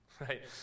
right